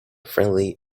friendly